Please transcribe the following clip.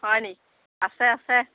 হয় নি আছে আছে